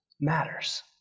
matters